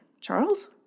Charles